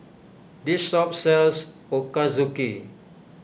this shop sells Ochazuke